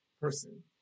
person